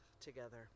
together